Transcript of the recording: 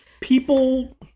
people